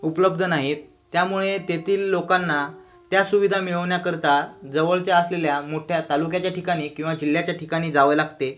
उपलब्ध नाहीत त्यामुळे तेथील लोकांना त्या सुविधा मिळवण्याकरता जवळच्या असलेल्या मोठ्या तालुक्याच्या ठिकाणी किंवा जिल्ह्याच्या ठिकाणी जावं लागते